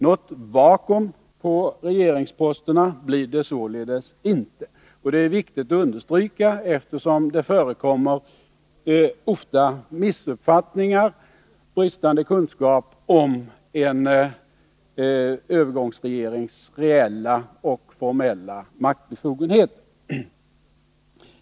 Något vakuum på regeringsposterna blir det således inte. Detta är viktigt att understryka, eftersom det ofta förekommer missuppfattningar och bristande kunskap om en övergångsregerings reella och formella maktbefogenheter.